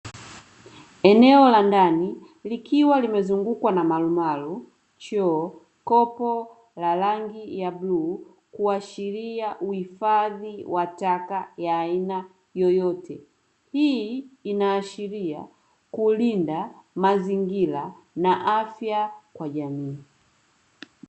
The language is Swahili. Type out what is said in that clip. Eneo la ndani likiwa limezungukwa na marumaru, choo, kopo la rangi ya bluu; kuashiria uhifadhi wa taka ya aina yoyote. Hii inaashira kulinda mazingira na afya kwa jamii.